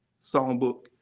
songbook